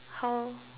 how